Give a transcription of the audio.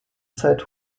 zeit